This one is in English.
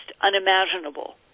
unimaginable